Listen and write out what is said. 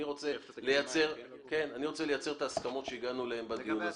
אני רוצה לייצר את ההסכמות שהגענו אליהן בדיון הזה.